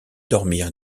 dormir